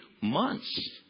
months